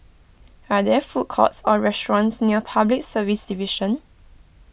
are there food courts or restaurants near Public Service Division